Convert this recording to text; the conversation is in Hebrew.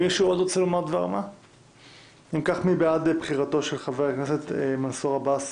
אם כך, מי בעד בחירתו של חבר הכנסת מנסור עבאס,